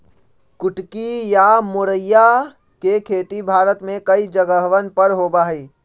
कुटकी या मोरिया के खेती भारत में कई जगहवन पर होबा हई